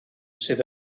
sydd